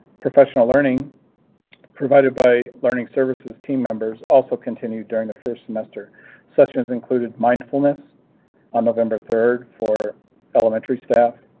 professional learning provided by learning services, team members also continued during the first semester sessions included mindfulness on november third for elementary staff,